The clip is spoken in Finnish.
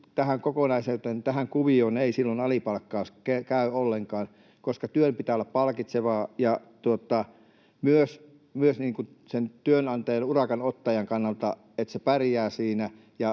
tähän kokonaisuuteen, tähän kuvioon, ei silloin alipalkkaus käy ollenkaan, koska työn pitää olla palkitsevaa myös sen työnantajan, urakan ottajan, kannalta, että se pärjää siinä